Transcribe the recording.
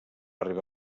arribar